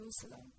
Jerusalem